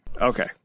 Okay